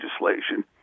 legislation